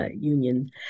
union